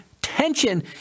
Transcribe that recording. tension